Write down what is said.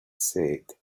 said